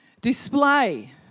display